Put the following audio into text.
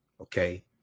Okay